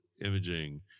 imaging